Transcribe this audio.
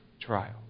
trial